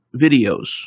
videos